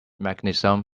mechanism